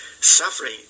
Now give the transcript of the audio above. suffering